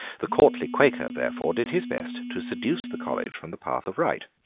the courtly quaker, therefore, did his best to seduce the college from the path of right.